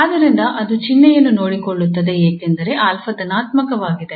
ಆದ್ದರಿಂದ ಅದು ಚಿಹ್ನೆಯನ್ನು ನೋಡಿಕೊಳ್ಳುತ್ತದೆ ಏಕೆಂದರೆ 𝑎 ಧನಾತ್ಮಕವಾಗಿದೆ